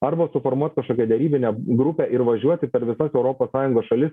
arba suformuot kažkokią derybinę grupę ir važiuoti per visas europos sąjungos šalis